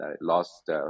lost